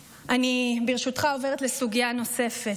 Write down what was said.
אני, ברשותך, עוברת לסוגיה נוספת.